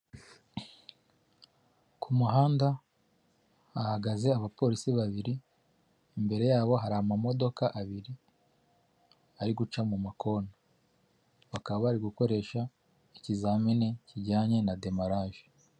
Ku muhanda hahagaze abapolisi babiri, imbere yabo hari amamodoka abiri, ari guca mu makona. Bakaba bari gukoresha ikizamini kijyanye na demarage.